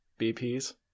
BPs